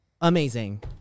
Amazing